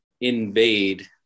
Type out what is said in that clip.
invade